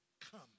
Come